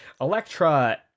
electra